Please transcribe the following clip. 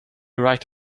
right